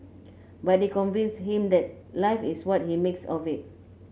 but they convinced him that life is what he makes of it